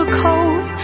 cold